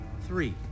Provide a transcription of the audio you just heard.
Three